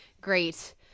great